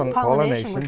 um pollination.